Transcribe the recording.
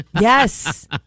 Yes